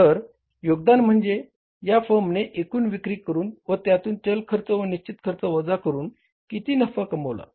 तर योगदान म्हणजे या फर्मने एकून विक्री करून व त्यातून चल खर्च व निश्चित खर्च वजा करून किती नफा कमविला